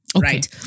right